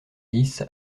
dix